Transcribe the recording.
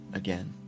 again